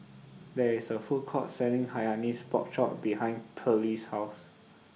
There IS A Food Court Selling Hainanese Pork Chop behind Perley's House